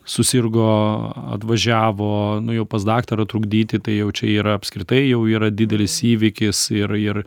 susirgo atvažiavo nu jau pas daktarą trukdyti tai jau čia yra apskritai jau yra didelis įvykis ir ir